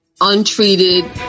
untreated